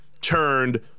turned